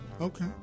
Okay